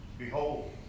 behold